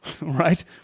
right